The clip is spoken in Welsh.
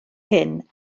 hyn